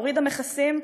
הורידה מכסים,